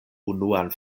unuan